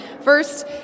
First